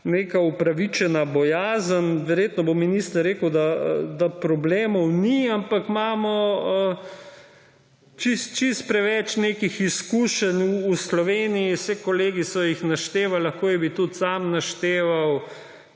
neka upravičena bojazen. Verjetno bo minister rekel, da problemov ni, ampak imamo čisto preveč nekih izkušenj v Sloveniji. Saj kolegi so jih naštevali, lahko bi jih tudi sam našteval,